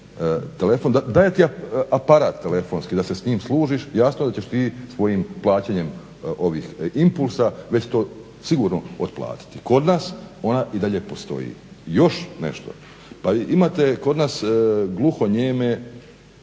Daje ti aparat telefonski da se s njim služiš. Jasno da ćeš ti svojim plaćanjem ovih impulsa već to sigurno otplatiti. Kod nas ona i dalje postoji. Još nešto. Pa imate kod nas gluhonijeme,